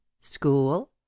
school